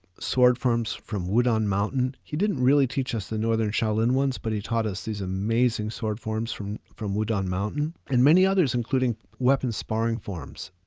sword forms from wudang mountain. he didn't really teach us the northern shaolin ones, but he taught us these amazing sword forms from, from wudang mountain and many others, including weapon sparring farms.